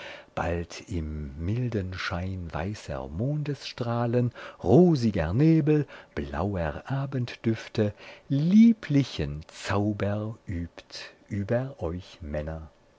bald im milden schein weißer mondesstrahlen rosiger nebel blauer abenddüfte lieblichen zauber übt über euch männer